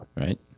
right